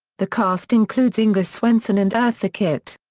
the cast includes inga swenson and eartha kitt.